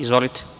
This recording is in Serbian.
Izvolite.